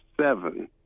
seven